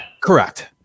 Correct